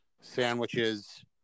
sandwiches